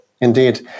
Indeed